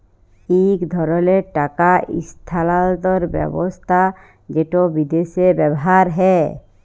ইক ধরলের টাকা ইস্থালাল্তর ব্যবস্থা যেট বিদেশে ব্যাভার হ্যয়